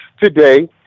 today